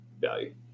value